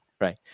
right